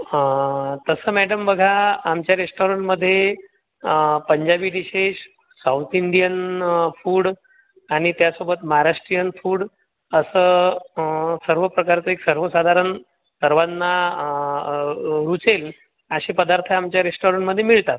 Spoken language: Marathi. हा तसं मॅडम बघा आमच्या रेस्टॉरंटमध्ये Punjabi dishes south Indian food आणि त्यासोबत म्हाराष्ट्रियन फूड असं सर्व पदार्थ एक सर्वसाधारण सर्वांना रुचेल असे पदार्थ आमच्या रेस्टॉरंटमध्ये मिळतात